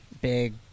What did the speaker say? Big